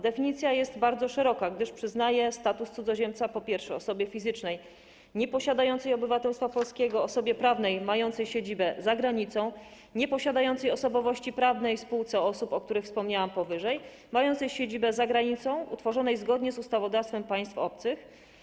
Definicja jest bardzo szeroka, gdyż przyznaje status cudzoziemca po pierwsze osobie fizycznej nieposiadającej obywatelstwa polskiego, osobie prawnej mającej siedzibę za granicą, nieposiadającej osobowości prawnej spółce osób, o której wspomniałam powyżej, mającej siedzibę za granicą, utworzonej zgodnie z ustawodawstwem państw obcych.